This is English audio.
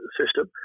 system